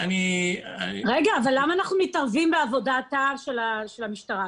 רגע, אבל למה אנחנו מתערבים בעבודת המשטרה?